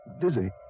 Dizzy